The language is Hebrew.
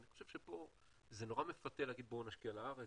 אני חושב שפה זה נורא מפתה להגיד בואו נשקיע בארץ,